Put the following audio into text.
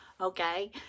okay